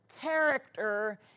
character